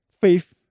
faith